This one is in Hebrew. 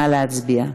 נא להצביע.